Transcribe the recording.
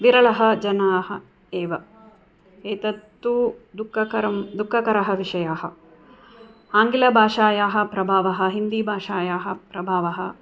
विरलाः जनाः एव एतत् तु दुःखकरं दुःखकरः विषयः आङ्ग्लभाषायाः प्रभावः हिन्दीभाषायाः प्रभावः